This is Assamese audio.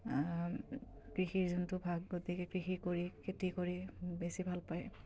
কৃষিৰ যোনটো ভাগ গতিকে কৃষি কৰি খেতি কৰি বেছি ভাল পায়